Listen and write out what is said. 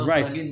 Right